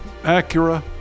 Acura